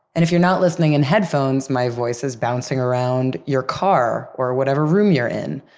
and if you're not listening in headphones, my voice is bouncing around your car or whatever room you're in.